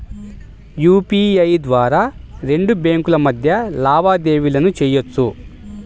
UPI ద్వారా రెండు బ్యేంకుల మధ్య లావాదేవీలను చెయ్యొచ్చు